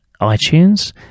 iTunes